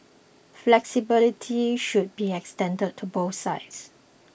flexibility should be extended to both sides